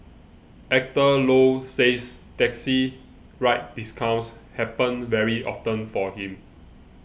Actor Low says taxi ride discounts happen very often for him